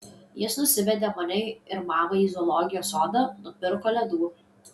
jis nusivedė mane ir mamą į zoologijos sodą nupirko ledų